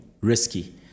risky